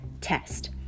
test